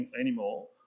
anymore